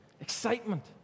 Excitement